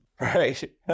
Right